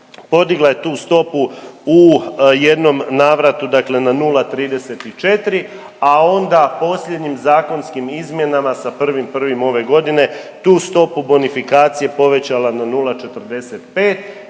podigla je tu stopu u jednom navratu dakle na 0,34, a onda posljednjim zakonskim izmjenama sa 1.1. ove godine tu stopu bonifikacije povećala na 0,45